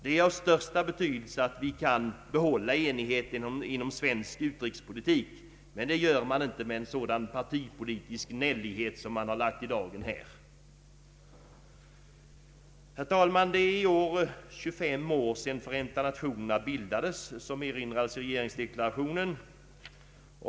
Det är av största betydelse att vi kan behålla enigheten inom svensk utrikespolitik, men det gör man inte med en sådan partipolitisk gnällighet som lagts i dagen här. Herr talman! Det är i år 25 år sedan Förenta nationerna bildades, såsom erinrades i regeringsdeklarationen.